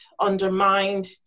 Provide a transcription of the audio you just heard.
undermined